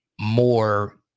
more